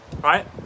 Right